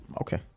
Okay